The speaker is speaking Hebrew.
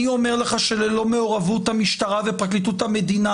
אני אומר לך שללא מעורבות המשטרה ופרקליטות המדינה,